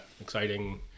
exciting